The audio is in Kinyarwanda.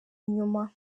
inyuma